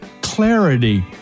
clarity